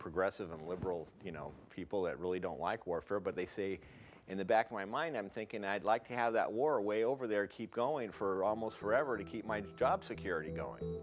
progressive and liberal you know people that really don't like warfare but they say in the back of my mind i'm thinking i'd like to have that war way over there keep going for almost forever to keep my job security